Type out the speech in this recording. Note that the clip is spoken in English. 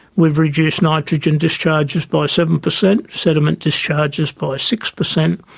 we've reduced nitrogen discharges by seven percent, sediment discharges by six percent,